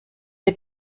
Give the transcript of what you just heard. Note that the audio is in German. wir